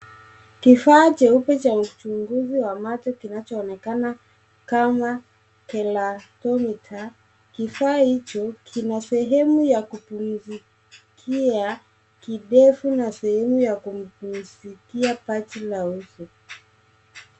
Kifaa jeupe cha uchunguzi wa macho kinachoonekana kama Kilatometer kifaa hicho kina sehemu ya kupumsikia kidefu na sehemu ya kumpusikia paji la uzo.